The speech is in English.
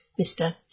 Mr